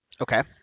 Okay